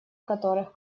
которых